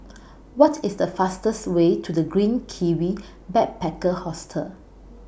What IS The fastest Way to The Green Kiwi Backpacker Hostel